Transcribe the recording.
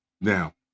Now